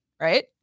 right